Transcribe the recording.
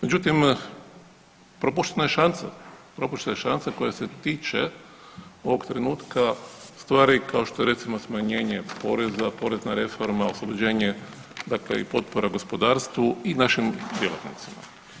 Međutim, propuštena je šansa, propuštena je šansa koja se tiče ovog trenutka stvari kao što je recimo smanjenje poreza, porezna reforma, oslobođenje dakle i potpora gospodarstvu i našim djelatnicima.